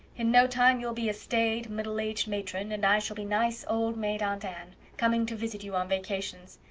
in no time you'll be a staid, middle-aged matron, and i shall be nice, old maid aunt anne, coming to visit you on vacations.